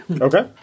Okay